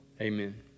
Amen